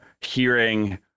hearing